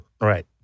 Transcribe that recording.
Right